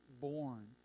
born